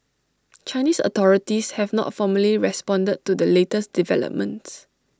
Chinese authorities have not formally responded to the latest developments